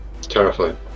terrifying